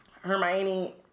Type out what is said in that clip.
Hermione